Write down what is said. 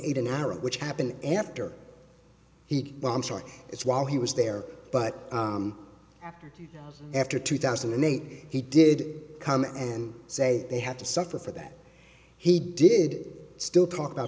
eight an arab which happened after he well i'm sorry it's while he was there but after two thousand and eight he did come and say they have to suffer for that he did still talk about